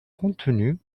contenus